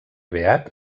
beat